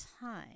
time